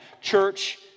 Church